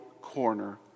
corner